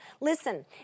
Listen